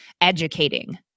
educating